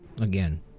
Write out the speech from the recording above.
again